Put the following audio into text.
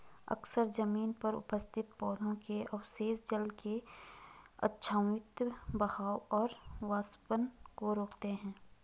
अक्सर जमीन पर उपस्थित पौधों के अवशेष जल के अवांछित बहाव और वाष्पन को रोकते हैं